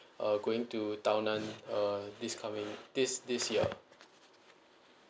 uh going to tao nan uh this coming this this year